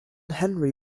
henry